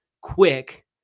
quick